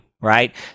Right